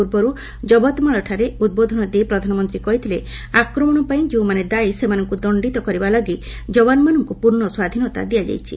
ପୂର୍ବରୁ ଜବତମାଳ ଠାରେ ଉଦ୍ବୋଧନ ଦେଇ ପ୍ରଧାନମନ୍ତ୍ରୀ କହିଥିଲେ ଆକ୍ରମଣ ପାଇଁ ଯେଉଁମାନେ ଦାୟି ସେମାନଙ୍କୁ ଦଣ୍ଡିତ କରିବା ଲାଗି ଯବାନମାନଙ୍କୁ ପୂର୍ଣ୍ଣ ସ୍ୱାଧୀନତା ଦିଆଯାଇଛି